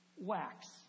wax